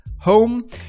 home